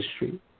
history